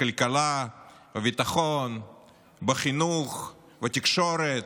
בכלכלה, בביטחון, בחינוך, בתקשורת,